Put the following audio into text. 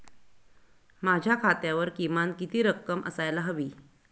माझ्या खात्यावर किमान किती रक्कम असायला हवी?